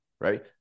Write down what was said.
right